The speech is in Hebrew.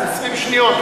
זה 20 שניות.